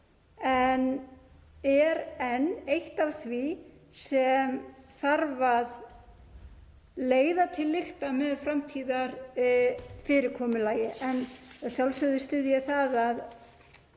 en er enn eitt af því sem þarf að leiða til lykta með framtíðarfyrirkomulagi. En að sjálfsögðu styð ég að